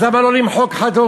אז למה לא למחוק חד-הורית?